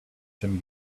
some